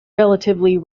relatively